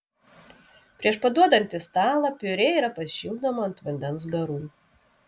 prieš paduodant į stalą piurė yra pašildoma ant vandens garų